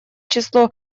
число